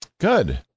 Good